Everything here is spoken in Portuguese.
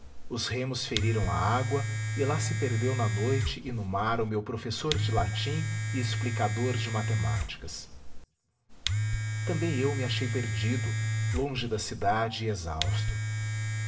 os remos feriram a água e lá se perdeu na noite e no mar o meu professor de latim e explicador de matemáticas também eu me achei perdido longe da cidade e exausto